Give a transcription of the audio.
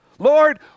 Lord